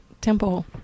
Temple